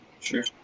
sure